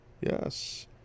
Yes